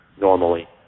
normally